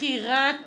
בחירת